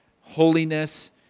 Holiness